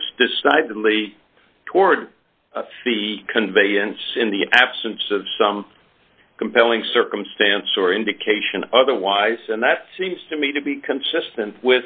tips decidedly toward the conveyance in the absence of some compelling circumstance or indication otherwise and that seems to me to be consistent with